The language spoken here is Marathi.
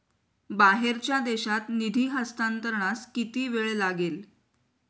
बाहेरच्या देशात निधी हस्तांतरणास किती वेळ लागेल?